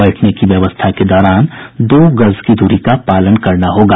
बैठने की व्यवस्था के दौरान दो गज की दूरी का पालन सुनिश्चित करना होगा